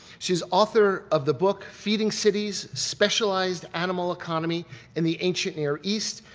she's author of the book feeding cities specialized animal economy in the ancient near east,